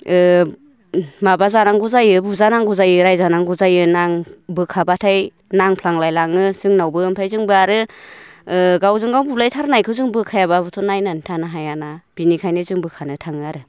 ओ माबा जानांगौ जायो बुजा नांगौ जायो रायजा नांगौ जायो बोखाबाथाय नांफ्लांलायलाङो जोंनावबो ओमफ्राय जोंबो आरो गावजों गाव बुलाय थारनायखौ जों बोखायाबाबोथ' नायनानै थानो हायाना बेनिखायनो जों बोखानो थाङो आरो